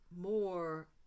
more